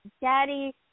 daddy